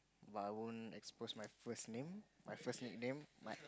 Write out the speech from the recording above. but I won't expose my first name my first nickname my